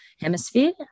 hemisphere